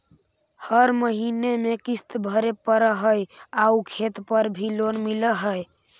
हर महीने में किस्त भरेपरहै आउ खेत पर भी लोन मिल है?